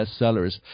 bestsellers